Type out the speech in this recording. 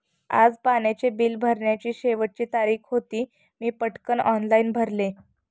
आज पाण्याचे बिल भरण्याची शेवटची तारीख होती, मी पटकन ऑनलाइन भरले